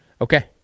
Okay